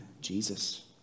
Jesus